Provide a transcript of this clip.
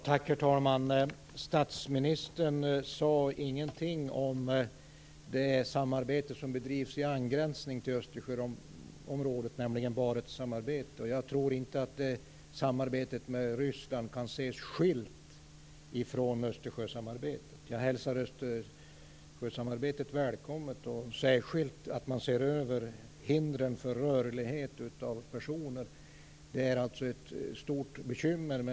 Herr talman! Statsministern sade ingenting om det samarbete som bedrivs i angränsning till Östersjöområdet, nämligen Barentssamarbetet. Jag tror inte att samarbetet med Ryssland kan ses skilt från Östersjösamarbetet. Jag hälsar Östersjösamarbetet välkommet. Det är särskilt välkommet att man ser över hindren för rörlighet för personer. Visumhanteringen är ett stort bekymmer.